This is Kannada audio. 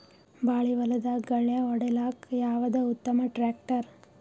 ಬಾಳಿ ಹೊಲದಾಗ ಗಳ್ಯಾ ಹೊಡಿಲಾಕ್ಕ ಯಾವದ ಉತ್ತಮ ಟ್ಯಾಕ್ಟರ್?